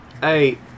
hey